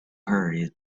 hurry